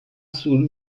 reims